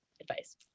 advice